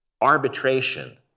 Arbitration